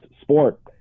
sport